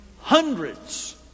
hundreds